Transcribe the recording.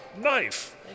knife